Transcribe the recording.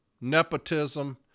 nepotism